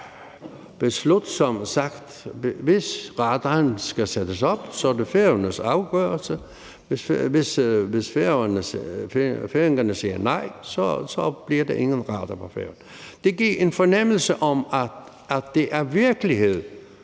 sagt, at hvis radaren skal sættes op, er det Færøernes afgørelse; hvis Færøerne siger nej, bliver der ingen radar på Færøerne. Det giver en fornemmelse af, at det, der kommer